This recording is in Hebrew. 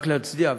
רק להצדיע,